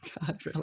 God